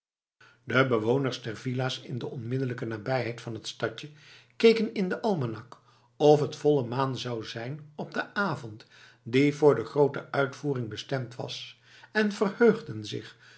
de bewoners der villa's in de onmiddellijke nabijheid van het stadje keken in den almanak of het volle maan zou zijn op den avond die voor de groote uitvoering bestemd was en verheugden zich